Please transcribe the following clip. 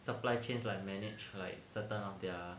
supply chains like manage like certain of their